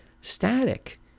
static